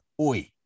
oi